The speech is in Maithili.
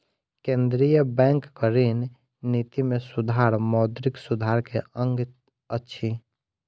केंद्रीय बैंकक ऋण निति में सुधार मौद्रिक सुधार के अंग अछि